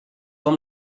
amb